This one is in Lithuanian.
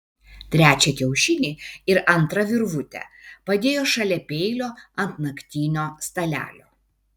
trečią kiaušinį ir antrą virvutę padėjo šalia peilio ant naktinio stalelio